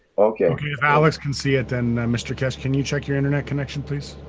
okay. okay if alekz can see it then, mr keshe can you check your internet connection please?